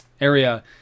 area